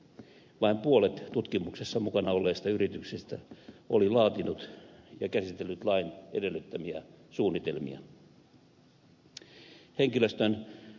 vain puolet tutkimuksessa mukana olleista yrityksistä oli laatinut ja käsitellyt lain edellyttämiä suunnitelmia